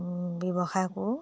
ব্যৱসায় কৰোঁ